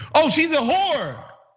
ah she's a whore.